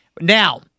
Now